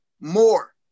more